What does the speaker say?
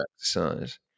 exercise